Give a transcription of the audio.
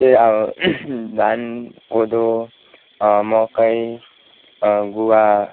त्यही आबो धान कोदो मकै गुवा